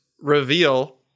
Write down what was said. reveal